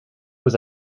aux